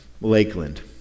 Lakeland